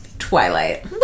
twilight